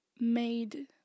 made